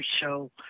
show